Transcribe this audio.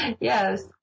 Yes